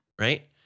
Right